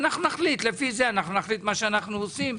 לפי זה נחליט מה שאנחנו עושים,